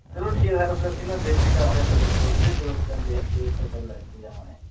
ਚਲੋ ਠੀਕ ਆ ਸਰ ਫਿਰ ਅਸੀਂ ਨਾ ਵਿਜ਼ਿਟ ਕਰਦੇ ਹਾਂ ਤੁਹਾਡੇ ਸਟੋਰ 'ਤੇ ਫਿਰ ਉਸ ਦਿਨ ਦੇਖ ਕੇ ਫਿਰ ਸਾਇਕਲ ਲੈ ਕੇ ਜਾਵਾਂਗੇ